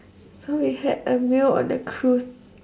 so we had a meal on the cruise